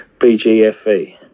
BGFE